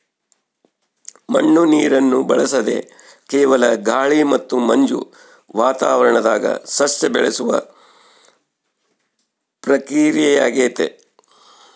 ಮಣ್ಣು ನೀರನ್ನು ಬಳಸದೆ ಕೇವಲ ಗಾಳಿ ಮತ್ತು ಮಂಜು ವಾತಾವರಣದಾಗ ಸಸ್ಯ ಬೆಳೆಸುವ ಪ್ರಕ್ರಿಯೆಯಾಗೆತೆ